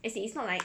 as in it's not like